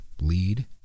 lead